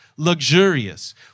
luxurious